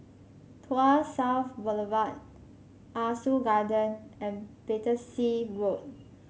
Tuas South Boulevard Ah Soo Garden and Battersea Road